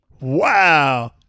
Wow